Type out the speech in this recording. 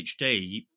HD